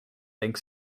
think